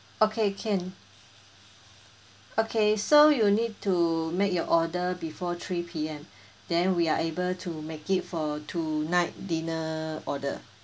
okay can okay so you need to make your order before three P_M then we are able to make it for tonight dinner order